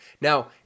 Now